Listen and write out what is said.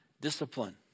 discipline